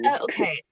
okay